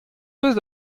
hocʼh